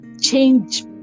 change